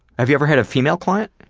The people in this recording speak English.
have you ever had a female client?